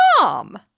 mom